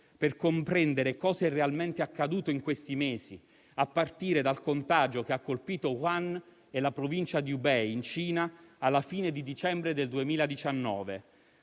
per comprendere cosa è realmente accaduto in questi mesi, a partire dal contagio che ha colpito Wuhan e la provincia di Hubei, in Cina, alla fine di dicembre 2019.